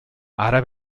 ara